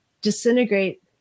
disintegrate